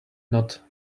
not